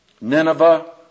Nineveh